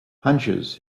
hunches